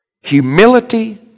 Humility